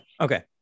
Okay